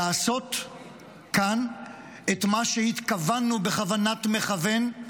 לעשות כאן את מה שהתכוונו בכוונת מכוון,